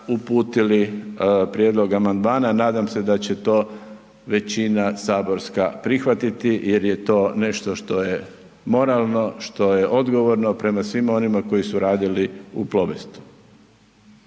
uputili prijedlog amandmana, nadam se da će to većina saborska prihvatiti jer je to nešto što je moralno, što je odgovorno prema svima onima koji su radili u Plobest.